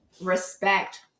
respect